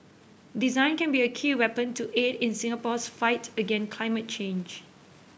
design can be a key weapon to aid in Singapore's fight against climate change